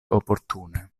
oportune